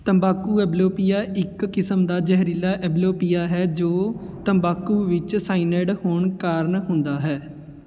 ਤੰਬਾਕੂ ਐਂਬਲੋਪੀਆ ਇੱਕ ਕਿਸਮ ਦਾ ਜ਼ਹਿਰੀਲਾ ਐਂਬਲੋਪੀਆ ਹੈ ਜੋ ਤੰਬਾਕੂ ਵਿੱਚ ਸਾਇਨਡ ਹੋਣ ਕਾਰਣ ਹੁੰਦਾ ਹੈ